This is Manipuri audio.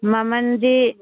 ꯃꯃꯜꯗꯤ